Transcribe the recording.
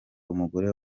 umugore